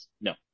No